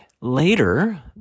Later